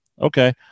Okay